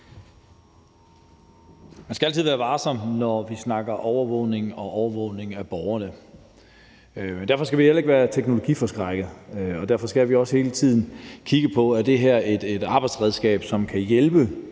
Man skal altid være varsom, når man snakker overvågning og overvågning af borgerne. Men derfor skal vi heller ikke være teknologiforskrækkede, og derfor skal vi også hele tiden kigge på, om det her er et arbejdsredskab, som kan hjælpe